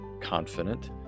confident